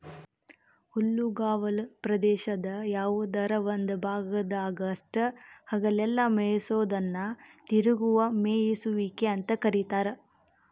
ಹುಲ್ಲುಗಾವಲ ಪ್ರದೇಶದ ಯಾವದರ ಒಂದ ಭಾಗದಾಗಷ್ಟ ಹಗಲೆಲ್ಲ ಮೇಯಿಸೋದನ್ನ ತಿರುಗುವ ಮೇಯಿಸುವಿಕೆ ಅಂತ ಕರೇತಾರ